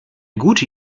gute